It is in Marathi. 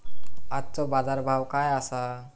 आजचो बाजार भाव काय आसा?